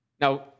Now